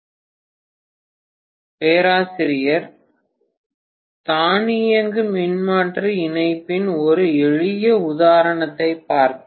மாணவர் 1333 பேராசிரியர் தானியங்கு மின்மாற்றி இணைப்பின் ஒரு எளிய உதாரணத்தைப் பார்ப்போம்